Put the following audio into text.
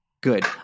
good